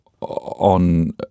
on